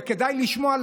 וכדאי לשמוע,